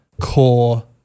core